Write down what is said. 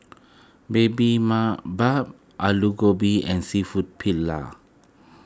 Baby Alu Gobi and Seafood Paella